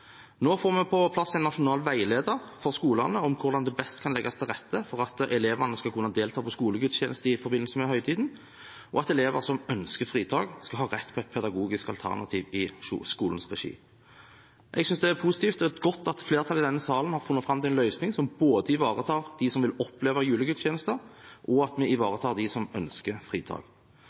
Nå får vi på plass en nasjonal veileder for skolene om hvordan det best kan legges til rette for at elevene skal kunne delta på skolegudstjeneste i forbindelse med høytiden, og for at elevene som ønsker fritak, skal ha rett på et pedagogisk alternativ i skolens regi. Jeg synes det er positivt og godt at flertallet i denne salen har funnet fram til en løsning som ivaretar både dem som vil oppleve julegudstjenesten, og dem som ønsker fritak. I dag sørger vi